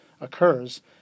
occurs